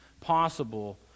possible